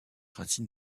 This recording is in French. racine